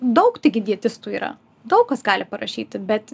daug taigi dietistų yra daug kas gali parašyti bet